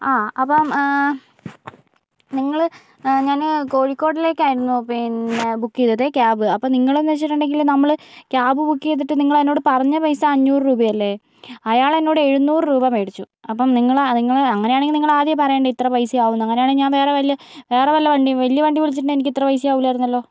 ആ അപ്പം നിങ്ങൾ ഞാന് കോഴിക്കോടിലേക്കായിരുന്നു പിന്നെ ബുക്ക് ചെയ്തത് ക്യാബ് അപ്പോൾ നിങ്ങൾ എന്ന് വെച്ചിട്ടുണ്ടെങ്കിൽ നമ്മൾ ക്യാബ് ബുക്ക് ചെയ്തിട്ട് നിങ്ങൾ പറഞ്ഞ പൈസ അഞ്ഞൂറ് രൂപയല്ലേ അയാൾ എന്നോട് എഴുന്നൂറ് രൂപ മേടിച്ചു അപ്പോൾ നിങ്ങൾ നിങ്ങൾ അങ്ങനെയാണെങ്കിൽ നിങ്ങൾ ആദ്യമേ പറയണ്ടേ ഇത്ര പൈസ ആവും എന്ന് അങ്ങനെയാണെങ്കിൽ ഞാൻ വേറെ വല്ല വണ്ടിയും വലിയ വണ്ടി വിളിച്ചിട്ടുണ്ടായിരുന്നെങ്കിൽ എനിക്കിത്ര പൈസ ആവൂലായിരുന്നല്ലോ